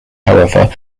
however